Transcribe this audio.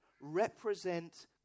represent